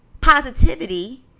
positivity